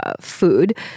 food